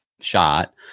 shot